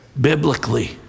biblically